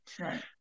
Right